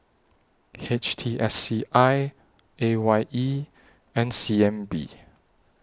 H T S C I A Y E and C N B